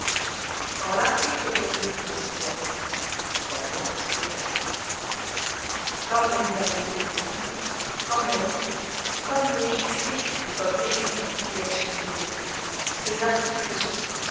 quand l'article est glorieux pour le signataire la gloire se paye à part comme régularité de lignes comme œil comme logique stricte et comme mécanique filiation d'idées ces articles ont